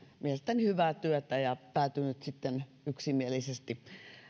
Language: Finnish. mielestäni hyvää työtä ja päätynyt sitten yksimielisesti